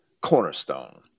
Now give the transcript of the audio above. cornerstone